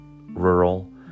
rural